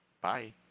bye